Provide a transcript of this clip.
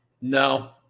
No